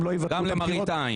הם לא יבטלו בחירות.